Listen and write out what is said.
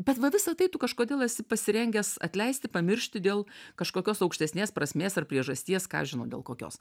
bet va visa tai tu kažkodėl esi pasirengęs atleisti pamiršti dėl kažkokios aukštesnės prasmės ar priežasties ką aš žinau dėl kokios